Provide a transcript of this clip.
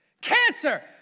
Cancer